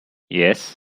yes